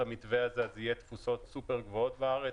המתווה הזה אז יהיו תפוסות סופר גבוהות בארץ,